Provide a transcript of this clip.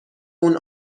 اون